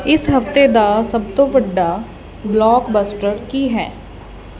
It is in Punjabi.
ਇਸ ਹਫ਼ਤੇ ਦਾ ਸਭ ਤੋਂ ਵੱਡਾ ਬਲੋਕਬਸਟਰ ਕੀ ਹੈ